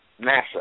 NASA